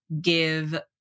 give